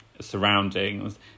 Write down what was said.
surroundings